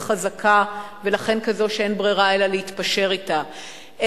חזקה ולכן כזו שאין ברירה אלא להתפשר אתה,